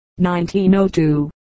1902